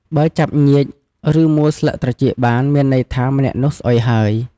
បើចាប់ញៀច ឬ មួលស្លឹកត្រចៀកបាន មានន័យថា ម្នាក់នោះ ស្អុយហើយ។